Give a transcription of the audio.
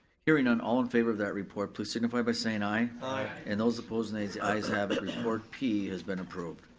hearing on all in favor of that report, please signify by saying aye. aye. and those opposed nays, the ayes have it, report p has been approved.